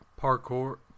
parkour